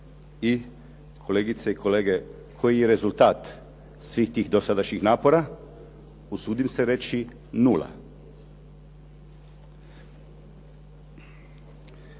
i kolegice i kolege koji je rezultat svih tih dosadašnjih napora. Usudim se reći nula.